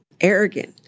arrogant